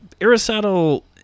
Aristotle